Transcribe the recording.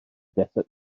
desert